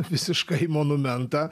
visiškai monumentą